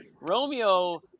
Romeo